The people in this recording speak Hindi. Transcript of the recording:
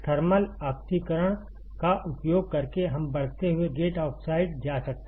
थर्मल ऑक्सीकरण का उपयोग करके हम बढ़ते हुए गेट ऑक्साइड जा सकते हैं